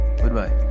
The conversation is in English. Goodbye